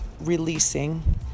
releasing